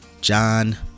John